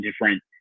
different